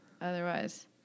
otherwise